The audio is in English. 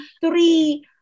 three